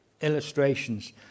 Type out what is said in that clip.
illustrations